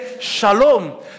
Shalom